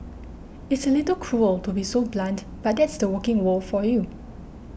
it's a little cruel to be so blunt but that's the working world for you